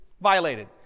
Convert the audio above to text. violated